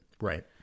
Right